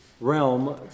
realm